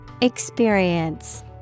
Experience